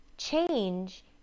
Change